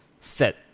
set